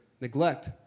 neglect